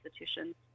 institutions